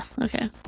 Okay